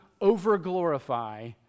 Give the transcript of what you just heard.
over-glorify